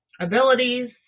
abilities